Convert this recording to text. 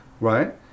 right